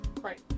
Right